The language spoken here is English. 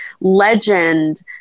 legend